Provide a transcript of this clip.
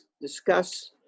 discuss